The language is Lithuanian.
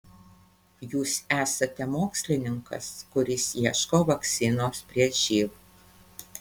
jūs esate mokslininkas kuris ieško vakcinos prieš živ